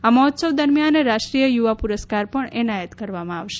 આ મહોત્સવ દરમિયાન રાષ્ટ્રીય યુવા પુરસ્કાર પણ એનાયત કરવામાં આવશે